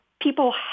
people